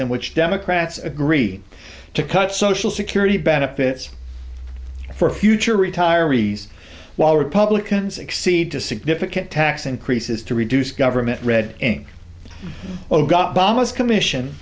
in which democrats agree to cut social security benefits for future retirees while republicans exceed to significant tax increases to reduce government red ink oh got bomb his commission